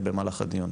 במהלך הדיון.